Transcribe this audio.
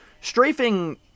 strafing